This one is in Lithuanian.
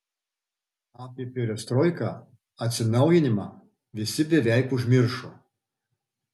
apie perestroiką atsinaujinimą visi beveik užmiršo